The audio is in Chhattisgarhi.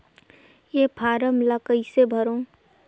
ये फारम ला कइसे भरो?